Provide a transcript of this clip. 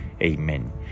Amen